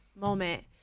moment